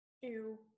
Ew